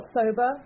sober